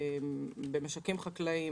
במשקים חקלאיים.